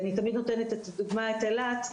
ואני תמיד נותנת דוגמה את אילת,